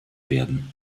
werden